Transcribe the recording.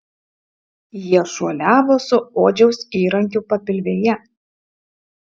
jie šuoliavo su odžiaus įrankiu papilvėje